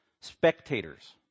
spectators